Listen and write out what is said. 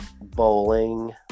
Bowling